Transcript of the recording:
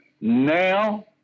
now